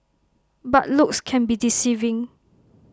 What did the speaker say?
but looks can be deceiving